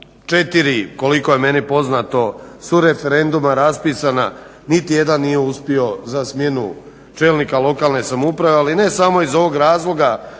svega 4koliko je meni poznato su referenduma raspisana, niti jedan nije uspio za smjenu čelnika lokalna samouprave ali ne samo iz ovog razloga